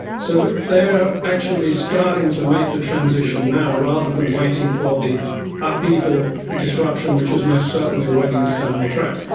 so they are actually starting to make the transition now rather than waiting for the upheaval, the disruption which is most certainly awaiting us down the track.